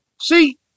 See